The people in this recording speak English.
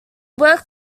work